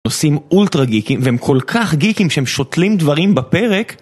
נושאים אולטרה גיקים והם כל כך גיקים שהם שוטלים דברים בפרק